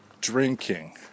drinking